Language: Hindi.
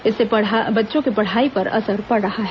इससे बच्चों के पढ़ाई पर असर पड़ रहा है